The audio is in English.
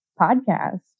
podcast